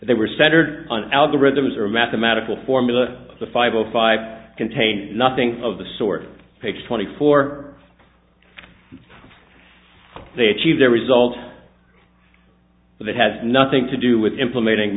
they were centered on algorithms or a mathematical formula the five zero five contains nothing of the sort picks twenty four they achieve their result that has nothing to do with implementing